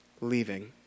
leaving